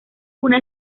una